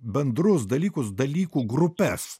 bendrus dalykus dalykų grupes